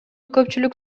көпчүлүк